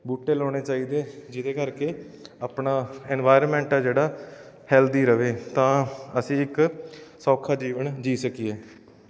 ਬੂਟੇ ਲਾਉਣੇ ਚਾਹੀਦੇ ਹੈ ਜਿਹਦੇ ਕਰਕੇ ਆਪਣਾ ਐਨਵਾਇਰਮੈਂਟ ਆ ਜਿਹੜਾ ਹੈਲਦੀ ਰਹੇ ਤਾਂ ਅਸੀਂ ਇੱਕ ਸੌਖਾ ਜੀਵਨ ਜੀਅ ਸਕੀਏ